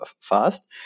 fast